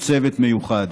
צוות מיוחד,